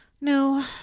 no